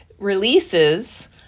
releases